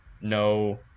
no